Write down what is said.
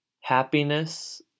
happiness